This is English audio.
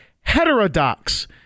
heterodox